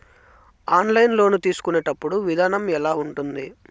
online loan తీసుకునేటప్పుడు విధానం ఎలా ఉంటుంది